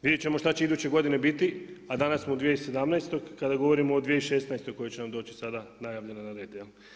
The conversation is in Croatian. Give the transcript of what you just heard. Vidjeti ćemo šta će iduće godine biti, a danas smo u 2017. kada govorimo o 2016., koja će nam doći sad najavljeno na red.